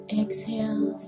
exhale